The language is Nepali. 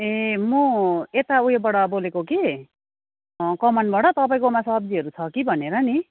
ए म यता उयोबाट बोलेको कि कमानबाट तपाईँकोमा सब्जीहरू छ कि भनेर नि